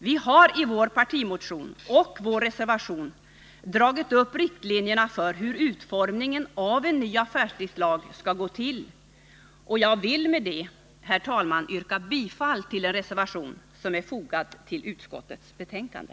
Vi har i vår partimotion och vår reservation dragit upp riktlinjerna för utformningen av en ny affärstidslag. Jag vill med det, herr talman, yrka bifall till den reservation som är fogad till utskottets betänkande.